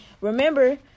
remember